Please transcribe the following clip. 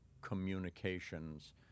communications